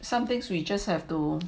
some things we just have to